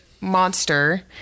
monster